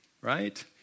right